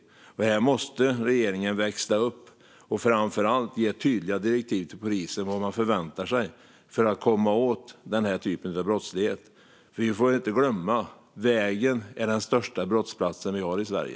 Här måste regeringen växla upp och framför allt ge tydliga direktiv till polisen om vad man förväntar sig för att komma åt den här typen av brottslighet. Vi får inte glömma att vägen är den största brottsplats vi har i Sverige.